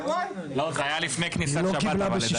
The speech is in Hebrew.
לא, זה היה לפני כניסת שבת,